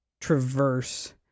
traverse